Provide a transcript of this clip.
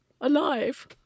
alive